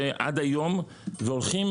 שעד היום הולכים